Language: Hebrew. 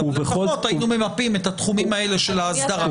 אבל לפחות היינו ממפים את התחומים האלה של האסדרה.